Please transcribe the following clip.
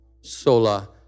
sola